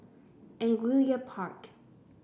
Angullia Park